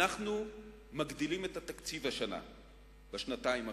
אנחנו מגדילים את התקציב בשנה-שנתיים הקרובות,